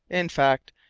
in fact,